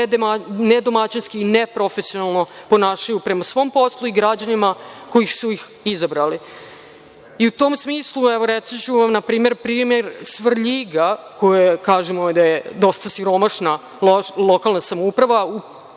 nedomaćinski i neprofesionalno ponašaju prema svom poslu i građanima koji su ih izabrali.U tom smislu, reći ću vam primer Svrljiga za koji kažemo da je dosta siromašna lokalna samouprava,